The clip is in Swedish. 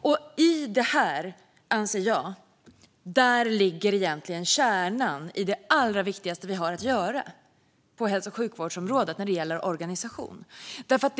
I detta ligger egentligen kärnan i det allra viktigaste vi har att göra på hälso och sjukvårdsområdet när det gäller organisation, anser jag.